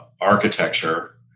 architecture